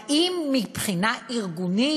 האם מבחינה ארגונית?